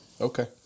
Okay